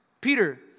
Peter